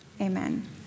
Amen